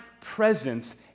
presence